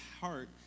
heart